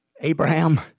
Abraham